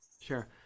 Sure